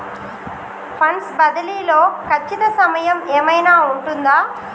Funds బదిలీ లో ఖచ్చిత సమయం ఏమైనా ఉంటుందా?